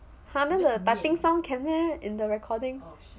!huh! then the typing sound can meh in the recording